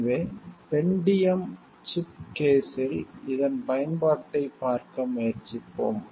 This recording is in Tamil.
எனவே பென்டியம் சிப் கேஸில் இதன் பயன்பாட்டைப் பார்க்க முயற்சிப்போம்